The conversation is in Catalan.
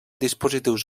dispositius